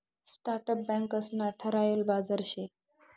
startup banks ना ठरायल बाजार शे